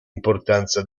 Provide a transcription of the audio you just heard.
importanza